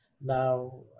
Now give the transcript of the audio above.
Now